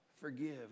forgive